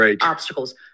obstacles